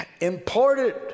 imported